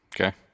Okay